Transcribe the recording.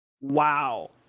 Wow